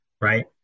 right